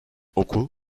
okul